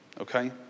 Okay